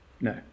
no